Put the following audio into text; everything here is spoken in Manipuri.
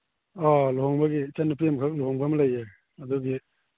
ꯑꯥ ꯂꯨꯍꯣꯡꯕꯒꯤ ꯏꯆꯟꯅꯨꯄꯤ ꯑꯃꯈꯛ ꯂꯨꯍꯣꯡꯕ ꯑꯃ ꯂꯩꯌꯦ ꯑꯗꯨꯒꯤ